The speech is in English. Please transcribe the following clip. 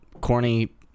corny